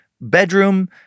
bedroom